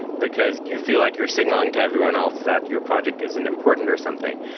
because you feel like you're signaling to everyone else that your project isn't important or something.